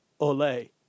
Olay